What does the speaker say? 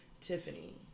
Tiffany